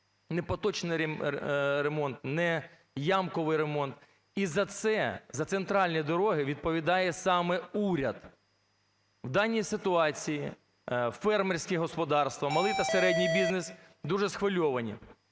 поточний ремонт, ні ямковий ремонт. І за це, за центральні дороги відповідає саме уряд. В даній ситуації фермерські господарства, малий та середній бізнес дуже схвильовані.